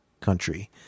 country